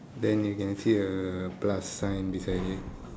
then you can see a plus sign beside it